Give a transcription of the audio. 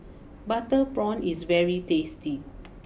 Butter Prawn is very tasty